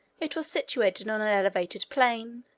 it was situated on an elevated plain,